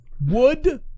Wood